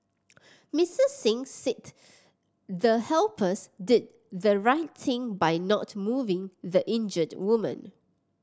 Missus Singh said the helpers did the right thing by not moving the injured woman